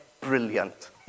brilliant